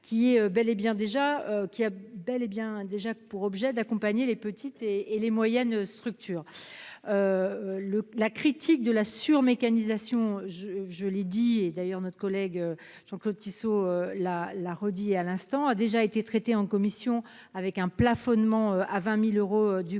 qu'il a bel et bien déjà que pour objet d'accompagner les petites et les moyennes structures. Le la critique de la sur-mécanisation je l'ai dit et d'ailleurs notre collègue Jean-Claude Tissot la l'a redit à l'instant a déjà été traité en commission avec un plafonnement à 20.000 euros du crédit